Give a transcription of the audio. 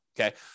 okay